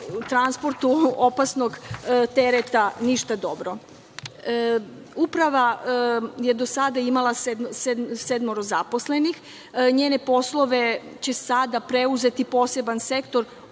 transportu opasnog tereta ništa dobro. Uprava je do sada imala sedmoro zaposlenih. Njene poslove će sada preuzeti poseban sektor,